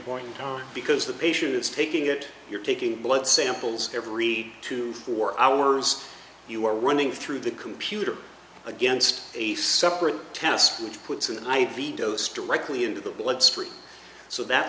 point in time because the patient is taking it you're taking blood samples every two four hours you are running through the computer against a separate task which puts an i v dose directly into the bloodstream so that